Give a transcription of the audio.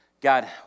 God